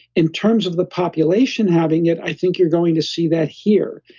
in terms of the population having it, i think you're going to see that here.